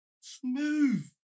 Smooth